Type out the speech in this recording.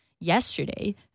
yesterday